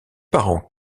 parents